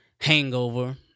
Hangover